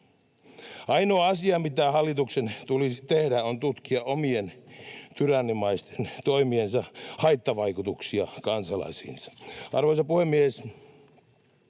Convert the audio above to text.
Ainoa asia, mitä hallituksen tulisi tehdä, on tutkia omien tyrannimaisten toimiensa haittavaikutuksia kansalaisiinsa. Arvoisa puhemies!